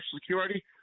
Security